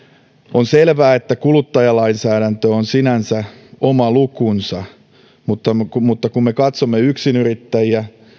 on selvää että kuluttajalainsäädäntö on sinänsä oma lukunsa mutta kun me katsomme yksinyrittäjiä